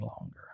longer